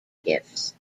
gifts